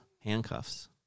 handcuffs